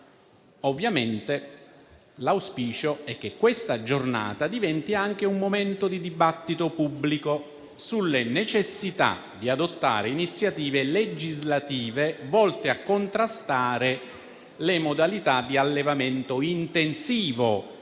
veterinaria. L'auspicio è che questa giornata diventi anche un momento di dibattito pubblico sulle necessità di adottare iniziative legislative volte a contrastare le modalità di allevamento intensivo,